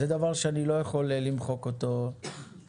זה דבר שאני לא יכול למחוק אותו לגמרי,